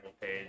page